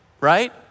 Right